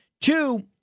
Two